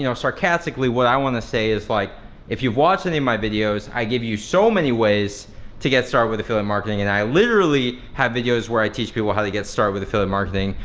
you know sarcastically what i wanna say is, like if you've watched any of my videos i give you so many ways to get started with affiliate marketing and i literally have videos where i teach people how to get started with affiliate marketing.